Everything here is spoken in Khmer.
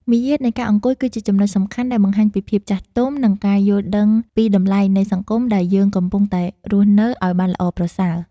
មារយាទនៃការអង្គុយគឺជាចំណុចសំខាន់ដែលបង្ហាញពីភាពចាស់ទុំ និង ការយល់ដឹងពីតម្លៃនៃសង្គមដែលយើងកំពុងតែរស់នៅឱ្យបានល្អប្រសើរ។